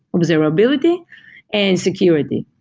observability and security.